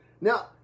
Now